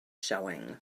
showing